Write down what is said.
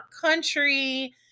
country